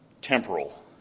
temporal